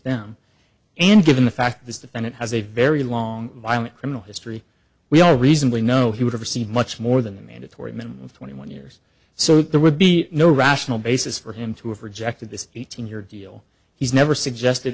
them and given the fact this defendant has a very long violent criminal history we all reasonably know he would have received much more than the mandatory minimum of twenty one years so there would be no rational basis for him to have rejected this eighteen year deal he's never suggested